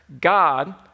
God